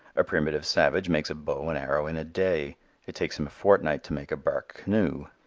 a primitive savage makes a bow and arrow in a day it takes him a fortnight to make a bark canoe.